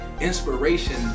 inspiration